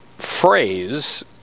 phrase